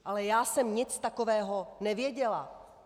Ale já jsem nic takového nevěděla!